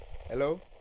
Hello